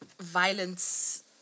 violence